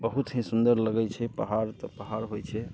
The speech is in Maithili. बहुत ही सुन्दर लगैत छै पहाड़ तऽ पहाड़ होइत छै